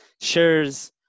shares